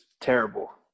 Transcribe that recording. terrible